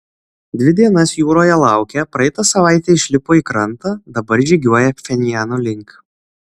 dvi dienas jūroje laukę praeitą savaitę išlipo į krantą dabar žygiuoja pchenjano link